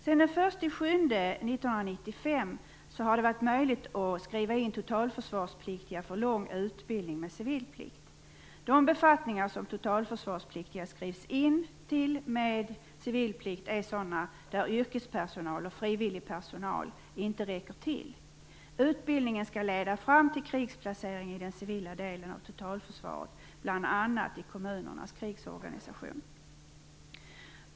Sedan den 1 juli 1995 har det varit möjligt att skriva in totalförsvarspliktiga för lång utbildning med civilplikt. De befattningar som totalförsvarspliktiga skrivs in till med civilplikt är sådana där yrkespersonal och frivillig personal inte räcker till. Utbildningen skall leda fram till krigsplacering i den civila delen av totalförsvaret, bl.a. i kommunernas krigsorganisation.